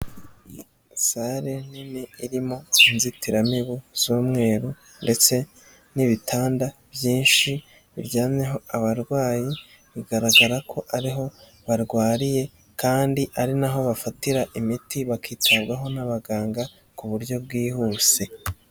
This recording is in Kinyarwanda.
Sale nini irimo inzitiramibu z'umweru ndetse n'ibitanda byinshi biryamyeho abarwayi, bigaragara ko ariho barwariye kandi ari n'aho bafatira imiti bakitabwaho n'abaganga, ku buryo bwihuse.